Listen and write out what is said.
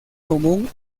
común